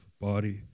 body